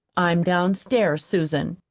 i'm downstairs, susan.